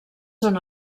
són